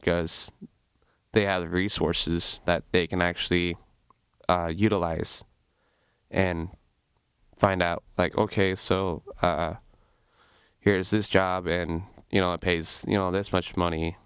because they have the resources that they can actually utilize and find out like ok so here's this job and you know it pays you know this much money